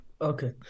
Okay